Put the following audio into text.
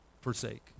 Forsake